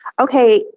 Okay